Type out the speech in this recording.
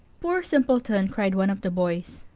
poor simpleton! cried one of the boys.